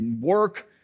work